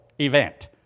event